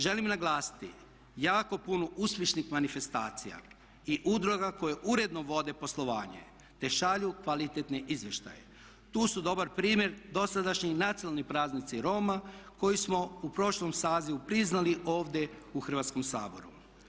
Želim naglasiti jako puno uspješnih manifestacija i udruga koje uredno vode poslovanje te šalju kvalitetne izvještaje, tu su dobar primjer dosadašnji nacionalni praznici Roma koje smo u prošlom sazivu priznali ovdje u Hrvatskom saboru.